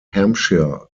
hampshire